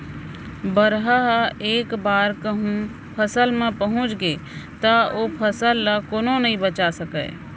बरहा ह एक बार कहूँ फसल म पहुंच गे त ओ फसल ल कोनो नइ बचा सकय